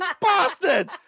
bastard